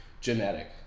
genetic